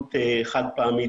פעילות חד פעמית,